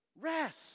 Rest